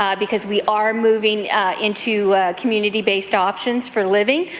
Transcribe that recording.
um because we are moving into community-based options for living.